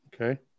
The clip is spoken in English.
Okay